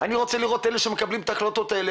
אני רוצה לראות את אלה שמקבלים את ההחלטות האלה,